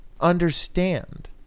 understand